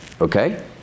okay